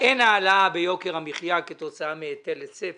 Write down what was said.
אין העלאה ביוקר המחיה כתוצאה מהיטל היצף,